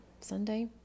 Sunday